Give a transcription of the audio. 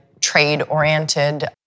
trade-oriented